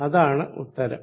അതാണ് ഉത്തരം